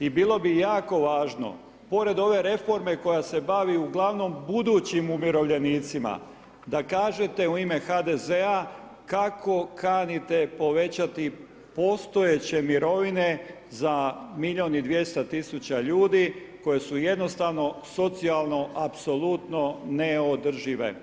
I bilo bi jako važno pored ove reforme koja se bavi u gl. budućim umirovljenicima, da kažete u ime HDZ-a kako kanite povećati postojeće mirovine za milijun i 200 tisuća ljudi koji su jednostavno socijalno apsolutno neodržive.